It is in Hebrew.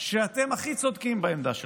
שאתם הכי צודקים בעמדה שלכם,